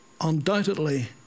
undoubtedly